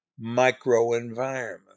microenvironment